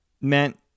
meant